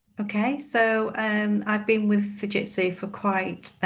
okay, so and i've been with fujitsu for quite